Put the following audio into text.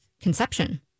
conception